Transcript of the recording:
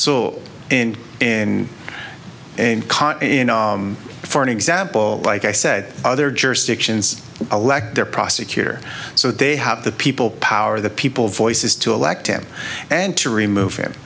so in in and caught in for an example like i said other jurisdictions elect their prosecutor so they have the people power the people voices to elect him and to remove him